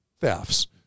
thefts